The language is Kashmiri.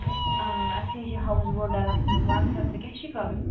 اَسے چھِ ہاوُس بوٹ ڈلس منٛز وَن سا ژےٚ کیٛاہ چھُے کَرُن